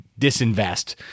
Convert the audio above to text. disinvest